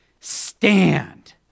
stand